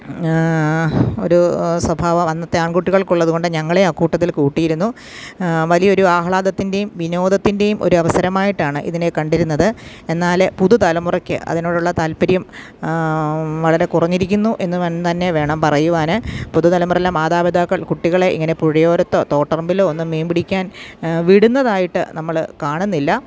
ഒരു സ്വഭാവ അന്നത്തെ ആൺകുട്ടികൾക്കുള്ളതുകൊണ്ട് ഞങ്ങളെ ആ കൂട്ടത്തിൽ കൂട്ടിയിരുന്നു വലിയൊരു ആഹ്ളാദത്തിൻ്റെയും വിനോദത്തിൻ്റെയും ഒരു അവസരമായിട്ടാണ് ഇതിനെ കണ്ടിരുന്നത് എന്നാൽ പുതു തലമുറയ്ക്ക് അതിനോടുള്ള താൽപര്യം വളരെ കുറഞ്ഞിരിക്കുന്നു എന്ന് വേണമെങ്കിൽ തന്നെ വേണം പറയുവാൻ പുതുതലമുറയിലെ മാതാപിതാക്കൾ കുട്ടികളെ ഇങ്ങനെ പുഴയോരത്തോ തോട്ടിറമ്പിലോ ഒന്നും മീൻ പിടിക്കാൻ വിടുന്നതായിട്ട് നമ്മൾ കാണുന്നില്ല